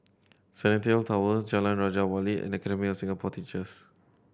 Centennial Tower Jalan Raja Wali and Academy of Singapore Teachers